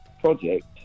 project